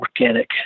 organic